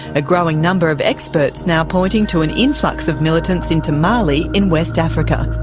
a growing number of experts now pointing to an influx of militants into mali in west africa.